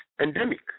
endemic